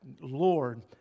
Lord